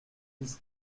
dix